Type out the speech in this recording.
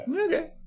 Okay